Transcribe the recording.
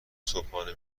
صبحانه